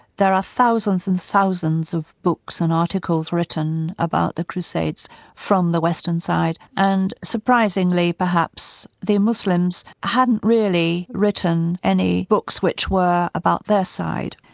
there are thousands and thousands of books and articles written about the crusades from the western side, and surprisingly perhaps, the muslims hadn't really written any books which were about their side,